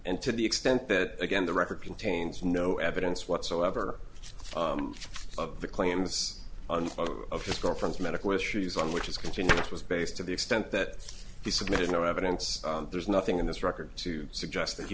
and to the extent that again the record contains no evidence whatsoever of the claims of his girlfriend's medical issues on which is continuous was based to the extent that he submitted no evidence there's nothing in this record to suggest that he